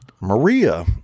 Maria